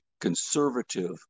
conservative